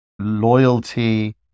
loyalty